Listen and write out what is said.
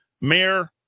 Mayor